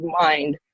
mind